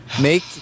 Make